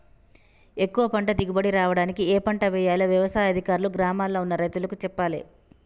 ఎక్కువ పంట దిగుబడి రావడానికి ఏ పంట వేయాలో వ్యవసాయ అధికారులు గ్రామాల్ల ఉన్న రైతులకు చెప్పాలే